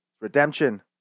Redemption